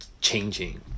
changing